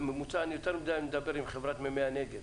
בממוצע, אני יותר מדיי מדבר עם חברת מימי הנגב